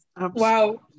Wow